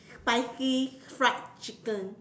spicy fried chicken